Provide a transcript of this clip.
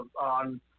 on